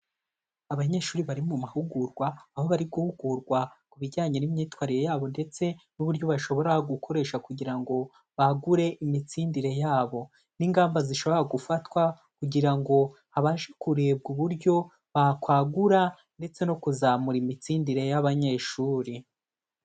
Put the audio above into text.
Abanyeshuri bari mu mahugurwa, aho bari guhugurwa ku bijyanye n'imyitwarire yabo ndetse n'uburyo bashobora gukoresha kugira ngo bagure imitsindire yabo, n'ingamba zishobora gufatwa kugira ngo babashe kurebwa uburyo bakwagura ndetse no kuzamura imitsindire y'abanyeshuri.